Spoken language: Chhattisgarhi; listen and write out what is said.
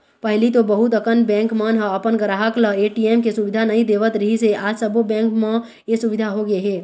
पहिली तो बहुत अकन बेंक मन ह अपन गराहक ल ए.टी.एम के सुबिधा नइ देवत रिहिस हे आज सबो बेंक म ए सुबिधा होगे हे